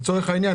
לצורך העניין,